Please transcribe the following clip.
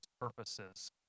purposes